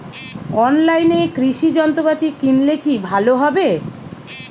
অনলাইনে কৃষি যন্ত্রপাতি কিনলে কি ভালো হবে?